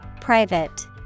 Private